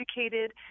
educated